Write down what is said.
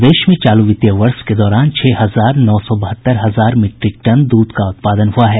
प्रदेश में चालू वित्तीय वर्ष के दौरान छह हजार नौ सौ बहत्तर हजार मीट्रिक टन दूध का उत्पादन हुआ है